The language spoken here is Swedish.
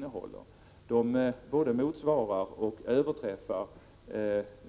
Den ersättningen både motsvarar och överträffar